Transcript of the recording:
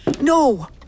No